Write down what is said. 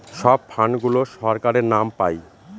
সব ফান্ড গুলো সরকারের নাম পাই